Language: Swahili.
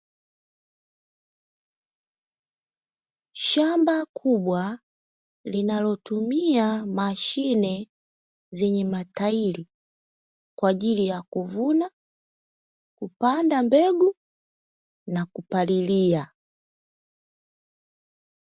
Shamba kubwa linalo tumia mashine zenye matairi kwa ajili ya kuvuna, kupanda mbegu na kupalilia.